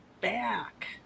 back